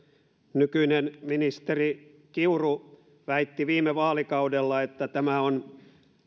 nykyinen ministeri kiuru väitti viime vaalikaudella että tämä on